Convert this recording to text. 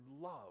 love